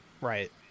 right